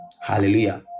hallelujah